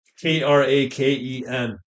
K-R-A-K-E-N